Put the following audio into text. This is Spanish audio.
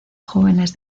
jóvenes